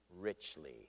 richly